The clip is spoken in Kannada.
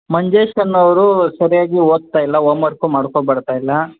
ಮಂಜೇಶ್ ಅನ್ನೋರು ಸರಿಯಾಗಿ ಓದ್ತಾ ಇಲ್ಲ ಓಮರ್ಕು ಮಾಡ್ಕೊ ಬರ್ತಾ ಇಲ್ಲ